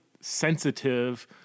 sensitive